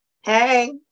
Hey